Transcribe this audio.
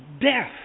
death